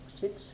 six